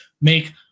make